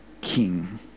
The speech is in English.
king